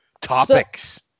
Topics